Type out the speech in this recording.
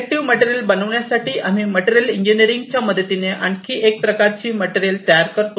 selective material बनविण्यासाठी आम्ही material इंजिनिअरिंगच्या मदतीने ने आणखी एक प्रकारची मटेरियल तयार करतो